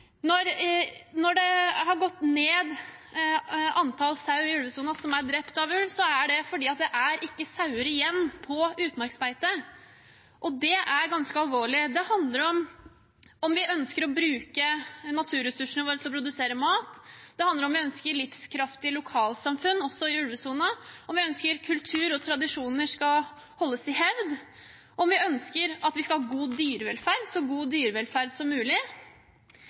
Når antall sauer som er blitt drept av ulv i ulvesona, har gått ned, er det fordi det ikke er sauer igjen på utmarksbeite. Det er ganske alvorlig. Det handler om om vi ønsker å bruke naturressursene våre til å produsere mat. Det handler om om vi ønsker livskraftige lokalsamfunn også i ulvesona, om vi ønsker at kultur og tradisjoner skal holdes i hevd, og om vi ønsker at vi skal ha god dyrevelferd, så god dyrevelferd som mulig.